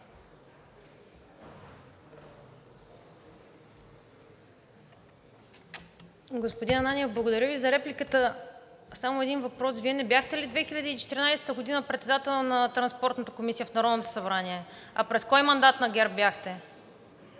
Господин Ананиев, благодаря Ви за репликата. Само един въпрос. Вие не бяхте ли 2014 г. председател на Транспортната комисия в Народното събрание? А през кой мандат на ГЕРБ бяхте?